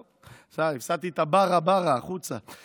טוב, הפסדתי את "ברא, ברא, החוצה".